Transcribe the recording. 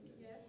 Yes